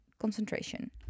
concentration